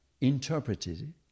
interpreted